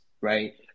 right